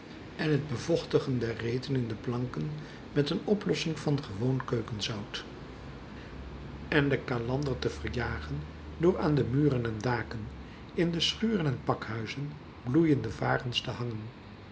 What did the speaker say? en het bevochtigen der reten in de planken met een oplossing van gewoon keukenzout en de kalander te verjagen door aan de muren en daken in de schuren en pakhuizen bloeiende varens te hangen